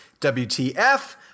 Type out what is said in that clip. WTF